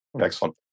Excellent